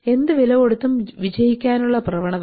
എന്ത് വില കൊടുത്തും വിജയിക്കാനുള്ള പ്രവണത